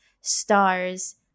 stars